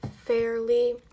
fairly